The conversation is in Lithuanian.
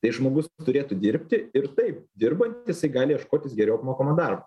tai žmogus turėtų dirbti ir taip dirbant jisai gali ieškotis geriau apmokamo darbo